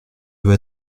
veux